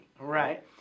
right